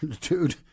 dude